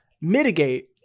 mitigate